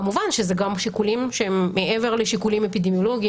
כמובן שזה גם שיקולים שהם מעבר לשיקולים אפידמיולוגיים.